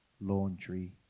laundry